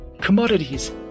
commodities